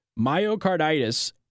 Myocarditis